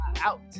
out